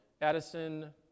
Addison